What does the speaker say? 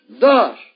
thus